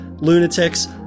lunatics